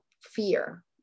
fear